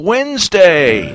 Wednesday